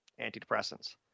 antidepressants